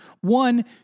One